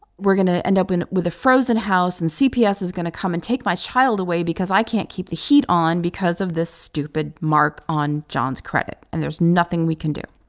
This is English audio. we're going to end up in with a frozen house. and cps is going to come and take my child away because i can't keep the heat on because of this stupid mark on john's credit, and there's nothing we can do.